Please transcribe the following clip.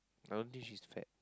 I don't think she's fat